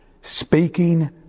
Speaking